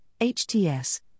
HTS